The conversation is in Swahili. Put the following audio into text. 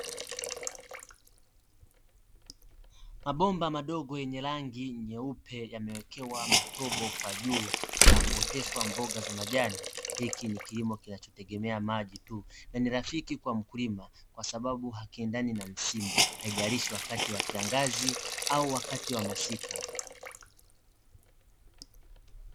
Mabomba madogo yenye rangi nyeupe yamewekewa matobo kwa juu na kuoteshwa kilimo cha mboga za majani, hiki ni kilimo rafiki kwa mkulima kwasababu hakiendani na msimu, haijaeishi msimu wa kiangazi au wakati wa masika.